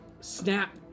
snap